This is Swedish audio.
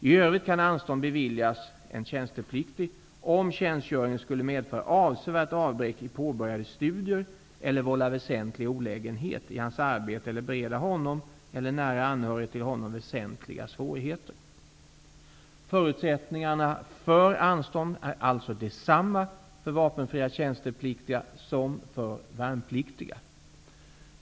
I övrigt kan anstånd beviljas en tjänstepliktig om tjänstgöringen skulle medföra avsevärt avbräck i påbörjade studier eller vålla väsentlig olägenhet i hans arbete eller bereda honom, eller nära anhörig till honom, väsentliga svårigheter. Förutsättningarna för anstånd är alltså desamma för vapenfria tjänstepliktiga som för värnpliktiga.